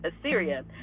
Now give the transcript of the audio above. Assyria